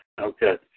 Okay